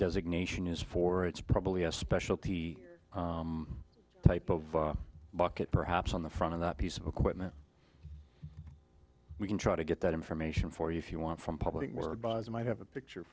designation is for it's probably a specialty type of bucket perhaps on the front of that piece of equipment we can try to get that information for you if you want from public buys might have a picture